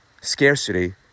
scarcity